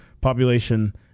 population